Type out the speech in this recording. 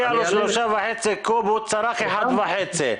הוא צרך 1.5 קוב,